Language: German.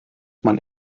man